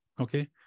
Okay